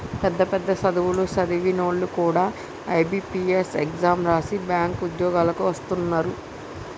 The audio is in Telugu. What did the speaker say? పెద్ద పెద్ద సదువులు సదివినోల్లు కూడా ఐ.బి.పీ.ఎస్ ఎగ్జాం రాసి బ్యేంకు ఉద్యోగాలకు వస్తున్నరు